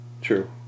True